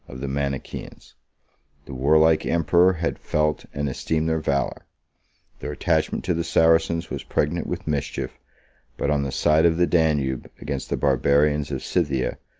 of the manichaeans the warlike emperor had felt and esteemed their valor their attachment to the saracens was pregnant with mischief but, on the side of the danube, against the barbarians of scythia,